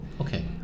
okay